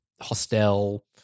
Hostel